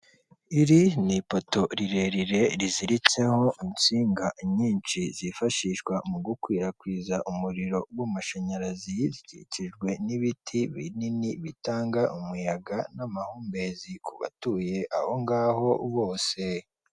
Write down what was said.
Iri ni ipoto rirerire riziritseho insinga nyinshi zifashishwa mu gukwirakwiza umuriro w'amashanyarazi, zikikijwe n'ibiti binini bitanga umuyaga n'amahumbezi ku batuye aho ngaho bose.